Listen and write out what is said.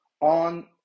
on